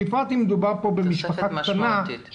בפרט אם מדובר פה במשפחה קטנה,